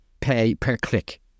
pay-per-click